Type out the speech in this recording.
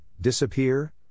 disappear